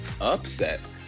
upset